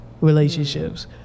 relationships